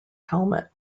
helmet